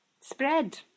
spread